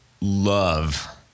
love